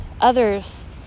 others